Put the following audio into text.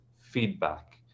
feedback